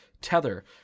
tether